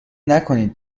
نکنید